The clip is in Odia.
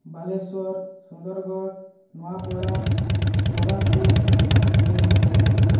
ବାଲେଶ୍ୱର ସୁନ୍ଦରଗଡ଼ ନୂଆପଡ଼ା କୋରାପୁଟ ଜୟପୁର